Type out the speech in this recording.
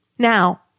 Now